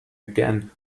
again